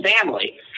family